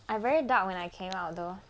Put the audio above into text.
I very dark when I came out though